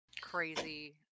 crazy